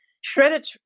shredded